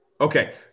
Okay